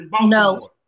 no